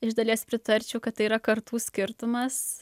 iš dalies pritarčiau kad tai yra kartų skirtumas